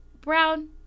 brown